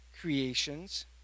creations